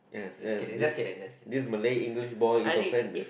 yes yes this this Malay English boy is offended